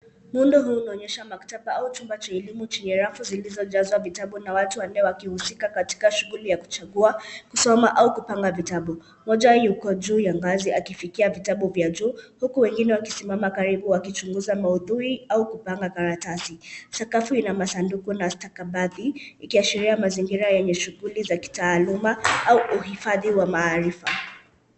Muundo huu unaonyesha maktaba au chumba cha elimu chenye rafu zilizojazwa vitabu na watu wanne wakihusika katika shughuli ya kuchagua, kusoma au kupanga vitabu. Mmoja yuko juu ya ngazi akifikia vitabu vya juu huku wengine wakisimama karibu wakichunguza maudhui au kupanga karatasi. Sakafu ina masanduku na stakabadhi, ikiashiria mazingira yenye shughuli za kitaaluma au uhifadhi wa maarifa.